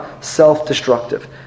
self-destructive